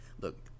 look